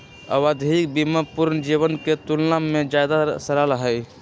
आवधिक बीमा पूर्ण जीवन के तुलना में ज्यादा सरल हई